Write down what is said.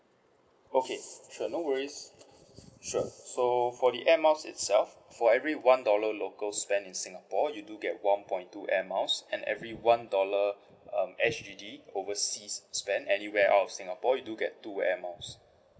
okay sure no worries sure so for the air miles itself for every one dollar local spend in singapore you do get one point two air miles and every one dollar um S_G_D overseas spend anywhere out of singapore you do get two air miles